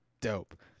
dope